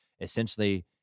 essentially